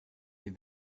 wir